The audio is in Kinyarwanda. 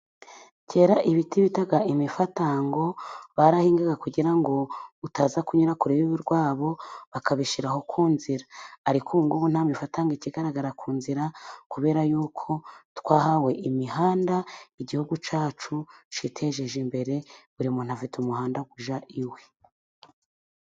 Kera ibiti bitaga imifatango, barahingaga kugira ngo utaza kunyura kure y'urubibi rwabo, bakabishyiraho ku nzira. Ariko ubungubu nta mifatango ikigaragara ku nzira, kubera yuko twahawe imihanda, igihugu cyacu cyiteje imbere, buri muntu afite umuhanda ujya iwe.